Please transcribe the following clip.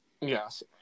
Yes